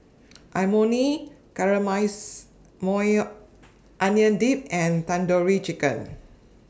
Imoni Caramelized Maui Onion Dip and Tandoori Chicken